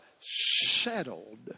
settled